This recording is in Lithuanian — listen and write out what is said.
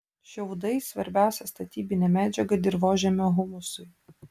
šiaudai svarbiausia statybinė medžiaga dirvožemio humusui